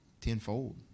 tenfold